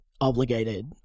obligated